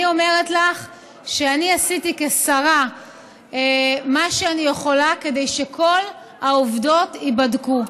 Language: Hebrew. אני אומרת לך שאני עשיתי כשרה את מה שאני יכולה כדי שכל העובדות ייבדקו.